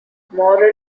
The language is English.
moral